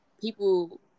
people